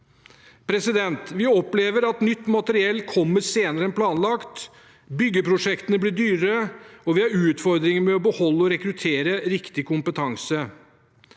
ha vært. Vi opplever at nytt materiell kommer senere enn planlagt, byggeprosjektene blir dyrere, og vi har utfordringer med å beholde og rekruttere riktig kompetanse.